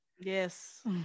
Yes